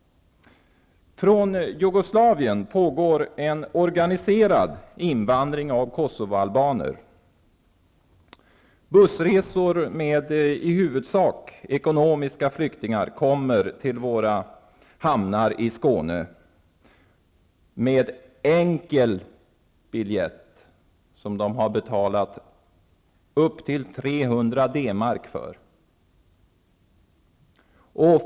En organiserad invandring av kosovoalbaner från Jugoslavien pågår. Bussar med i huvudsak ekonomiska flyktingar kommer via våra hamnar i Skåne. Flyktingarna har enkel biljett, som de har betalt upp till 300 D-mark för.